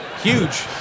Huge